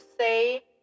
say